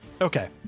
Okay